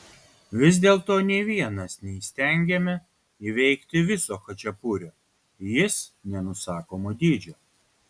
vis dėlto nė vienas neįstengiame įveikti viso chačapurio jis nenusakomo dydžio